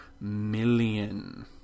million